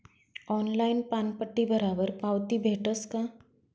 Online पानपट्टी भरावर पावती भेटस का?